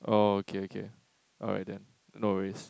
oh okay okay alright then no worries